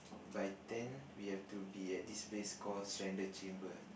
by ten we have to be at this place called Surrender Chamber